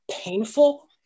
painful